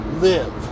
Live